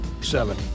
seven